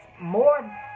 more